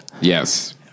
Yes